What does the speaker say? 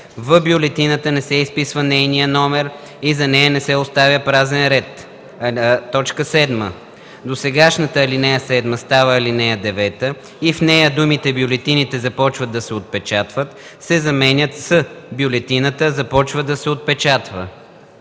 в бюлетината не се изписва нейният номер и за нея не се оставя празен ред.” 7. Досегашната ал. 7 става ал. 9 и в нея думите „Бюлетините започват да се отпечатват“ се заменят с „Бюлетината започва да се отпечатва”.”